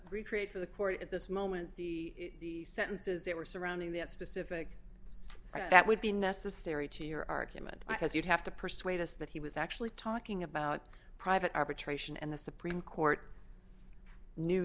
recreate for the court at this moment the sentences that were surrounding that specific threat that would be necessary to your argument i guess you'd have to persuade us that he was actually talking about private arbitration and the supreme court knew